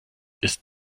ist